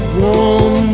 warm